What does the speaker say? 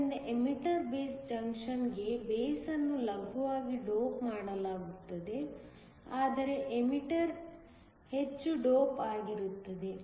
ಆದ್ದರಿಂದ emitter base ಜಂಕ್ಷನ್ಗೆ base ಅನ್ನು ಲಘುವಾಗಿ ಡೋಪ್ ಮಾಡಲಾಗುತ್ತದೆ ಆದರೆ ಎಮಿಟರ್ ಹೆಚ್ಚು ಡೋಪ್ ಆಗಿರುತ್ತದೆ